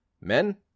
Men